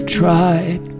tried